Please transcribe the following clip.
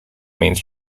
means